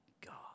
God